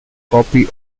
copy